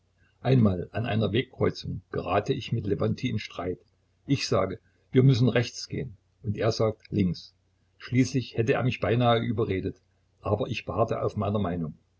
einmal an einer wegkreuzung gerate ich mit lewontij in streit ich sage wir müssen rechts gehen und er sagt links schließlich hätte er mich beinahe überredet aber ich beharrte auf meiner meinung